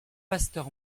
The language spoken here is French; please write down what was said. pasteur